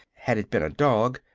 had it been a dog,